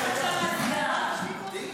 חמש דקות.